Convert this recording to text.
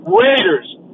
Raiders